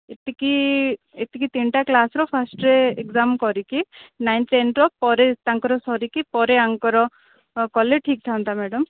ଏତିକି ଏତିକି ତିନିଟା କ୍ଲାସ୍ର ଫାଷ୍ଟ୍ରେ ଏକ୍ଜାମ୍ କରିକି ନାଇନ୍ ଟେନ୍ର ପରେ ତାଙ୍କର ସରିକି ପରେ ଆଙ୍କର କଲେ ଠିକ୍ ଥାନ୍ତା ମ୍ୟାଡ଼ାମ୍